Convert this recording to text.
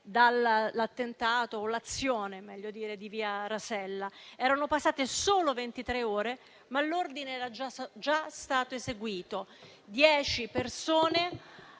dall'attentato o l'azione - meglio dire - di Via Rasella. Erano passate solo ventitré ore, ma l'ordine era già stato eseguito: dieci persone